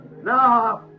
now